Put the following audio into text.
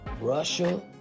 Russia